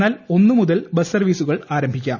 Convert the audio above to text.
എന്നാൽ ഒന്ന് മുതൽ ബസ് സർവീസുകൾ ആരംഭിക്കാം